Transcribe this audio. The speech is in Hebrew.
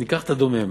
ניקח את הדומם